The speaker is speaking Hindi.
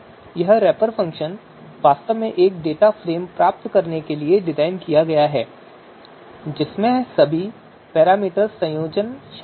यह रैपर फ़ंक्शन वास्तव में एक डेटा फ़्रेम प्राप्त करने के लिए डिज़ाइन किया गया है जिसमें सभी पैरामीटर संयोजन शामिल हैं